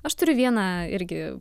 aš turiu vieną irgi